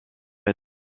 est